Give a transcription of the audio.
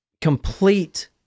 Complete